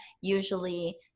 usually